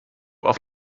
auf